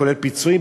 כולל פיצויים,